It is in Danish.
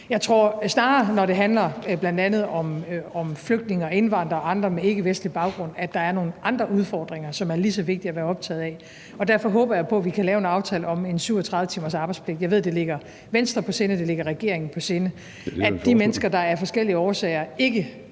Jeg tror snarere, når det handler om bl.a. flygtninge og indvandrere og andre med ikkevestlig baggrund, at der er nogle andre udfordringer, som det er lige så vigtigt at være optaget af, og derfor håber jeg på, at vi kan lave en aftale om en 37 timers arbejdspligt. Jeg ved, det ligger Venstre på sinde, det ligger regeringen på sinde, at de mennesker, der af forskellige årsager ikke